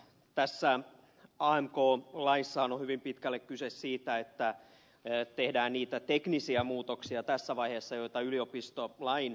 tässä amk laissahan on hyvin pitkälle kyse siitä että tehdään niitä teknisiä muutoksia tässä vaiheessa joita yliopistolain uudistaminen vaatii